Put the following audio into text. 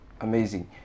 Amazing